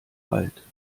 alt